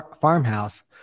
farmhouse